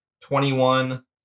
twenty-one